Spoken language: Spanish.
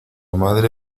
madre